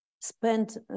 spent